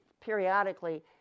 periodically